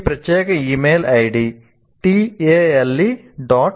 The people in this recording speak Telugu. ఈ ప్రత్యేక email ID tale